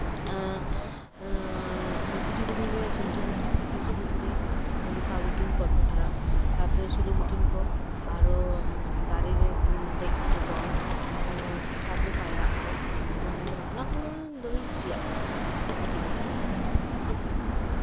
ᱮᱸᱜ ᱮᱸᱜ ᱠᱩᱞᱦᱤ ᱫᱷᱩᱲᱤ ᱨᱮ ᱥᱩᱱᱛᱩ ᱵᱩᱠᱩᱡ ᱛᱷᱮᱠᱮ ᱥᱩᱨᱩ ᱠᱚᱨᱮ ᱞᱚᱠᱟ ᱜᱷᱩᱴᱤ ᱠᱚᱸᱜ ᱴᱷᱚᱴᱨᱟ ᱛᱟᱨᱯᱚᱨᱮ ᱥᱳᱞᱳ ᱜᱷᱩᱴᱤᱱ ᱠᱚ ᱟᱨ ᱫᱟᱨᱮ ᱨᱮ ᱫᱮᱡ ᱠᱟᱛᱮ ᱫᱚᱱ ᱩᱸᱜ ᱛᱟᱯᱚᱨᱮ ᱯᱟᱭᱨᱟᱜ ᱠᱚ ᱩᱸᱜ ᱚᱱᱟ ᱠᱚ ᱫᱚᱢᱮᱧ ᱠᱩᱥᱤᱭᱟᱜ ᱠᱟᱱ ᱛᱟᱦᱮᱸᱫ ᱠᱟᱹᱴᱤᱡ ᱵᱮᱞᱟ ᱨᱮ